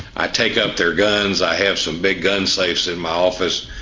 i take up their guns, i have some big gun safes in office,